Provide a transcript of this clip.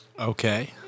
Okay